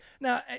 Now